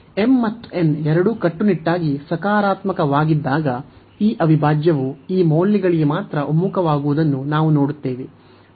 m ಮತ್ತು n ಎರಡೂ ಕಟ್ಟುನಿಟ್ಟಾಗಿ ಸಕಾರಾತ್ಮಕವಾಗಿದ್ದಾಗ ಈ ಅವಿಭಾಜ್ಯವು ಈ ಮೌಲ್ಯಗಳಿಗೆ ಮಾತ್ರ ಒಮ್ಮುಖವಾಗುವುದನ್ನು ನಾವು ನೋಡುತ್ತೇವೆ